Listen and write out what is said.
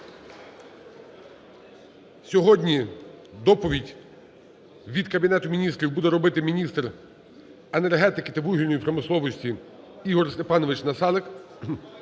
Сьогодні доповідь від Кабінету Міністрів буде робити міністр енергетики та вугільної промисловості Ігор Степанович Насалик.